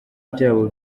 byabo